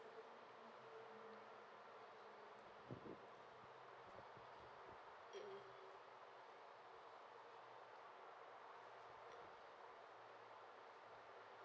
mmhmm